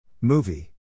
Movie